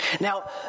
...now